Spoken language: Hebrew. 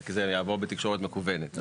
כי זה יעבור בתקשורת מקוונת.